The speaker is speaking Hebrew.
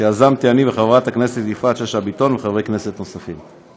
שיזמנו אני וחברת הכנסת יפעת שאשא ביטון וחברי כנסת נוספים.